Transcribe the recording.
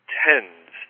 tens